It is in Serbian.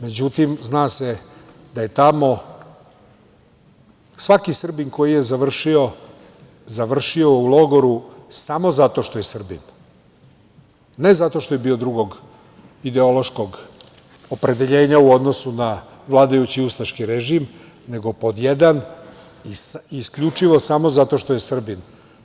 Međutim, zna se da je tamo svaki Srbin koji je završio, završio u logoru samo zato što je Srbin, ne zato što je bio drugog ideološkog opredeljenja u odnosu na vladajući ustaški režim, nego pod jedan, isključivo samo zato što je Srbin.